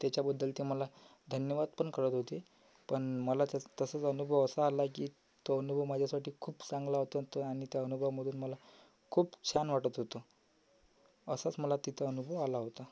त्याच्याबद्दल ते मला धन्यवादपण करत होते पण मला त्याच तसाच अनुभव असा आला की तो अनुभव माझ्यासाठी खूप चांगला होता आणि ते आणि त्या अनुभवामधून मला खूप छान वाटत होतं असंच मला तिथं अनुभव आला होता